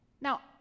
Now